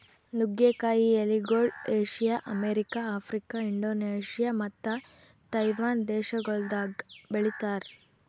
ನುಗ್ಗೆ ಕಾಯಿ ಎಲಿಗೊಳ್ ಏಷ್ಯಾ, ಅಮೆರಿಕ, ಆಫ್ರಿಕಾ, ಇಂಡೋನೇಷ್ಯಾ ಮತ್ತ ತೈವಾನ್ ದೇಶಗೊಳ್ದಾಗ್ ಬೆಳಿತಾರ್